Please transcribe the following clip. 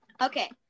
Okay